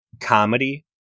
comedy